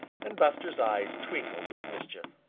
and buster's eyes twinkled with mischief.